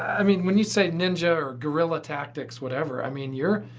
i mean, when you say ninja or guerrilla tactics whatever, i mean. you're.